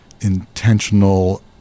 intentional